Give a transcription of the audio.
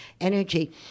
energy